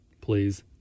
Please